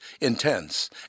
intense